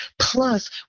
Plus